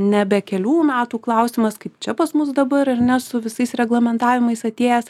nebe kelių metų klausimas kaip čia pas mus dabar ar ne su visais reglamentavimais atėjęs